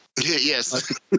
Yes